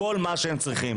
את כל מה שהם צריכים.